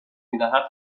میدهد